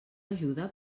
ajuda